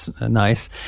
nice